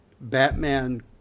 Batman